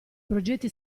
progetti